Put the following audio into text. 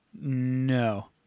No